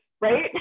right